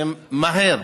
במהירות,